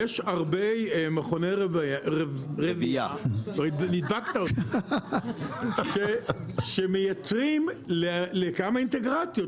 יש הרבה מכוני רבייה שמייצרים לכמה אינטגרציות,